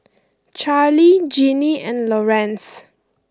Charlie Jeanie and Lorenz